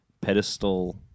pedestal